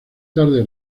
tarde